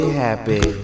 happy